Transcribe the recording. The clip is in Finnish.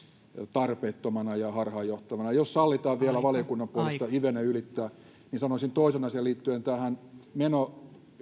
tarpeettomana ja harhaanjohtavana jos sallitaan vielä valiokunnan puolesta hivenen ylittää niin sanoisin toisen asian liittyen tähän meno